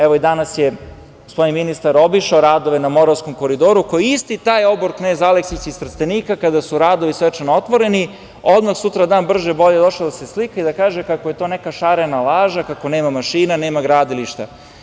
Evo danas je gospodin ministar obišao radove na Moravskom koridoru koji je isti taj obor knez Aleksić iz Trstenika, kada su radovi svečano otvoreni, odmah sutradan brže-bolje došao da se slika i da kaže kako je to neka šarena laža, kako nema mašina, nema gradilišta.